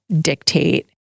dictate